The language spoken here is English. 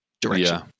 direction